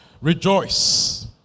Rejoice